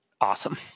Awesome